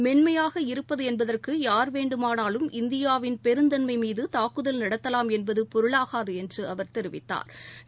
மென்மையாக இருப்பது என்பதற்கு யார் வேண்டுமானாலும் இந்தியாவின் பெருந்தன்மை மீது தாக்குதல் நடத்தலாம் என்பது பொருளாகாது என்று தெரிவித்தாா்